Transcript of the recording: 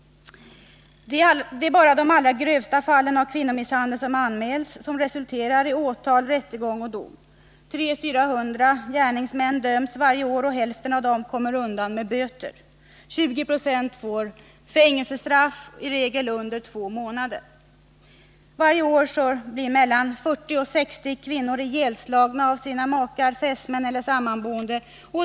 Bara de allra grövsta fallen av kvinnomisshandel som anmäls resulterar i åtal, rättegång och dom. 300-400 gärningsmän döms varje år. Hälften av dem kommer undan med böter, 20 96 får fängelsestraff, i regel under två månader. Varje år blir mellan 40 och 60 kvinnor ihjälslagna av sina makar, fästmän eller sammanboende.